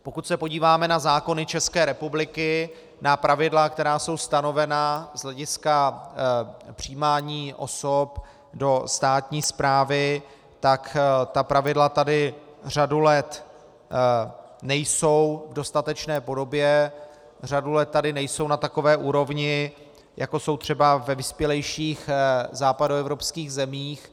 Pokud se podíváme na zákony České republiky, na pravidla, která jsou stanovena z hlediska přijímání osob do státní správy, tak ta pravidla tady řadu let nejsou v dostatečné podobě, řadu let tady nejsou na takové úrovni, jako jsou třeba ve vyspělejších západoevropských zemích.